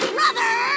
Brother